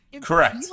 correct